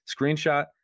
screenshot